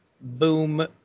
boom